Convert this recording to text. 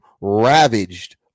ravaged